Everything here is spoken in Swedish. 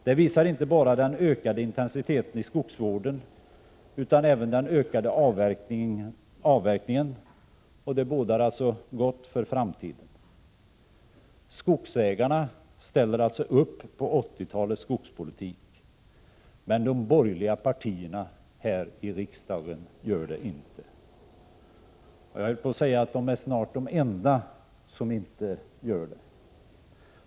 Det visar inte bara den ökade intensiteten i skogsvården utan även den ökade avverkningen, och det bådar gott för framtiden. Skogsägarna ställer alltså upp på 80-talets skogspolitik, men de borgerliga partierna här i riksdagen gör det inte — jag höll på att säga att de snart är de enda som inte gör det.